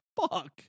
fuck